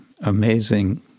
amazing